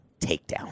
takedown